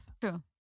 True